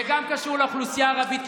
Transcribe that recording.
זה גם קשור לאוכלוסייה הערבית,